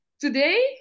Today